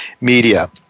Media